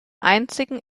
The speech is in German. einzigen